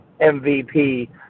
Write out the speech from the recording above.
MVP